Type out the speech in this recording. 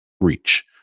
reach